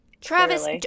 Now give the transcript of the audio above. Travis